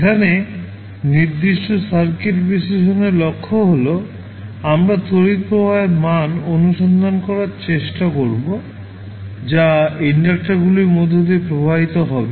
এখানে নির্দিষ্ট সার্কিট বিশ্লেষণের লক্ষ্য হল আমরা তড়িৎ প্রবাহের মাণ অনুসন্ধানের চেষ্টা করব যা ইন্ডাক্টারগুলির মধ্য দিয়ে প্রবাহিত হবে